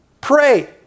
Pray